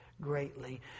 greatly